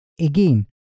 again